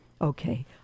Okay